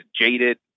jaded